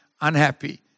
unhappy